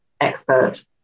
expert